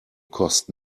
cost